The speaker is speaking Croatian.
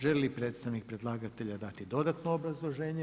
Želi li predstavnik predlagatelja dati dodatno obrazloženje?